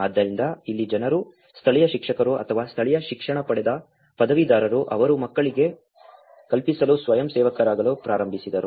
ಆದ್ದರಿಂದ ಇಲ್ಲಿ ಜನರು ಸ್ಥಳೀಯ ಶಿಕ್ಷಕರು ಅಥವಾ ಸ್ಥಳೀಯ ಶಿಕ್ಷಣ ಪಡೆದ ಪದವೀಧರರು ಅವರು ಮಕ್ಕಳಿಗೆ ಕಲಿಸಲು ಸ್ವಯಂಸೇವಕರಾಗಲು ಪ್ರಾರಂಭಿಸಿದರು